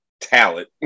talent